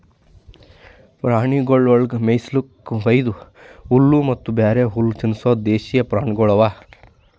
ಪ್ರಾಣಿಗೊಳಿಗ್ ಮೇಯಿಸ್ಲುಕ್ ವೈದು ಹುಲ್ಲ ಮತ್ತ ಬ್ಯಾರೆ ಹುಲ್ಲ ತಿನುಸದ್ ದೇಶೀಯ ಪ್ರಾಣಿಗೊಳ್ ಅವಾ